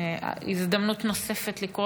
הזדמנות נוספת לקרוא